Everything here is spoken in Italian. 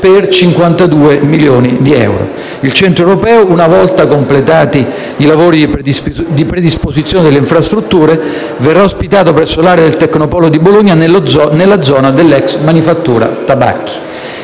per 52 milioni di euro. Il Centro europeo, una volta completati i lavori di predisposizione delle infrastrutture, verrà ospitato presso l'area del Tecnopolo di Bologna, nella zona dell'ex manifattura tabacchi.